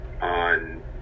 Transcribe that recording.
on